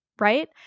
right